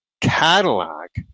Cadillac